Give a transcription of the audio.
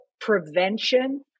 prevention